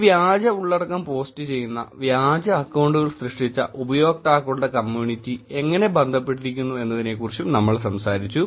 ഈ വ്യാജ ഉള്ളടക്കം പോസ്റ്റുചെയ്യുന്ന വ്യാജ അക്കൌണ്ടുകൾ സൃഷ്ടിച്ച ഉപയോക്താക്കളുടെ കമ്മ്യൂണിറ്റി എങ്ങനെ ബന്ധപ്പെട്ടിരിക്കുന്നു എന്നതിനെക്കുറിച്ചും നമ്മൾ സംസാരിച്ചു